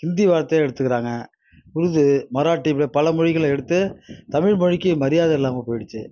ஹிந்தி வார்த்தையும் எடுத்துக்கிறாங்க உருது மராட்டி இப்படி பல மொழிகளை எடுத்து தமிழ் மொழிக்கு மரியாதை இல்லாமல் போயிடுச்சு